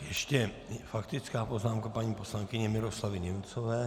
Ještě faktická poznámka paní poslankyně Miroslavy Němcové.